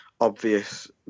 obvious